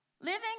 Living